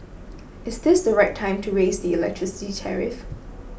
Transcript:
is this the right time to raise the electricity tariff